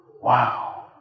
Wow